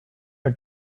are